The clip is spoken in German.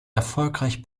erfolgreich